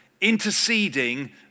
interceding